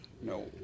No